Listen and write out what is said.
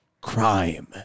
Crime